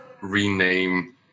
rename